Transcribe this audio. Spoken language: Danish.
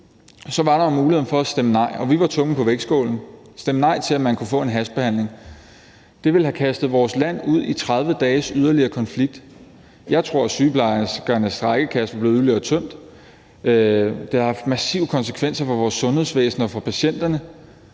var der jo muligheden for at stemme nej, og vi var tungen på vægtskålen – vi kunne stemme nej til, at man kunne få en hastebehandling. Det ville have kastet vores land ud i yderligere 30 dages konflikt. Jeg tror, at sygeplejerskernes strejkekasser var blevet yderligere tømt. Det ville have haft massive konsekvenser for vores sundhedsvæsen og for patienterne.